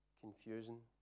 confusing